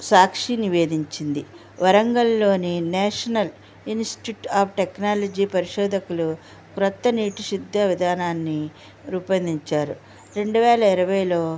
సాక్షి నివేధించింది వరంగల్లోని national institute of technology పరిశోధకులు క్రొత్త నీటి శుద్ది విధానాన్ని రూపొందించారు రెండువేల ఇరవైలో